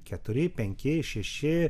keturi penki šeši